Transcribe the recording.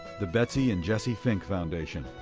the betsy and jesse fink foundation.